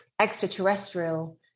extraterrestrial